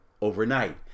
overnight